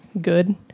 good